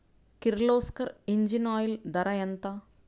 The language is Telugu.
కిర్లోస్కర్ ఇంజిన్ ఆయిల్ ధర ఎంత?